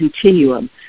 continuum